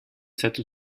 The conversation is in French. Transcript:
cette